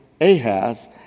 Ahaz